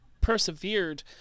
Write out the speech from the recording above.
persevered